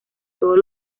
todos